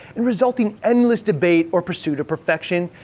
and resulting endless debate or pursuit of perfection,